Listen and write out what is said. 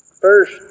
First